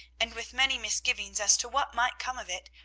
and, with many misgivings as to what might come of it,